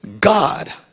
God